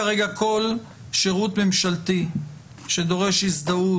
כרגע כל שירות ממשלתי שדורש הזדהות